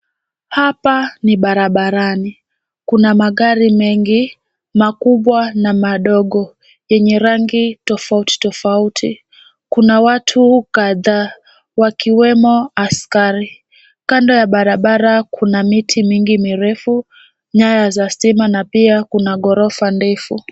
Hapa ni barabarani. Kuna magari mengi makubwa na madogo yenye rangi tofauti tofauti. Kuna watu kadhaa wakiwemo askari. Kando ya barabara kuna miti mingi mirefu, nyaya za stima na pia kuna ghorofa ndefu.